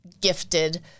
gifted